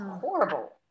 Horrible